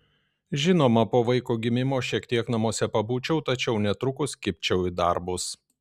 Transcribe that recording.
žinoma po vaiko gimimo šiek tiek namuose pabūčiau tačiau netrukus kibčiau į darbus